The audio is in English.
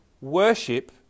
worship